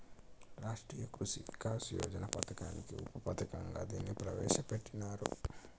రాష్ట్రీయ కృషి వికాస్ యోజన పథకానికి ఉప పథకంగా దీన్ని ప్రవేశ పెట్టినారు